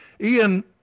Ian